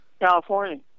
California